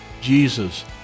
jesus